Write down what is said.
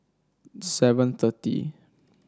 seven thirty